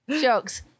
Jokes